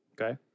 Okay